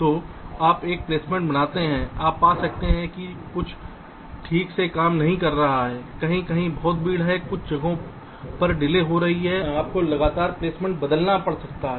तो आप एक प्लेसमेंट बनाते हैं आप पा सकते हैं कि कुछ ठीक से काम नहीं कर रहा है कहीं कहीं बहुत भीड़ है कुछ जगहों पर देरी हो रही है आपको लगातार प्लेसमेंट बदलना पड़ सकता है